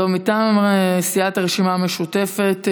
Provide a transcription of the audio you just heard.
מטעם סיעת הרשימה המשותפת,